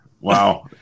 Wow